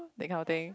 that kind of thing